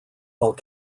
while